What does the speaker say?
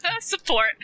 support